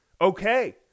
Okay